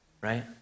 right